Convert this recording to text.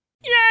Yay